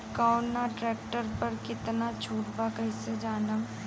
कवना ट्रेक्टर पर कितना छूट बा कैसे जानब?